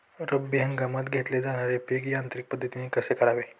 रब्बी हंगामात घेतले जाणारे पीक यांत्रिक पद्धतीने कसे करावे?